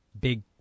big